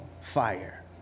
fire